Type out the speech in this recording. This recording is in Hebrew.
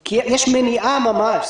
כי יש מניעה ממש.